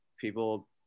people